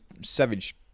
savage